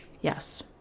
Yes